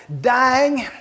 dying